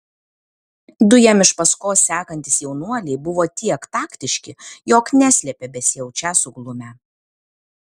du jam iš paskos sekantys jaunuoliai buvo tiek taktiški jog neslėpė besijaučią suglumę